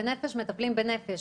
בנפש מטפלים בנפש,